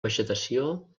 vegetació